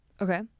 Okay